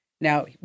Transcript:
Now